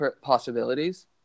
possibilities